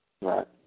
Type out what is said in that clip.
Right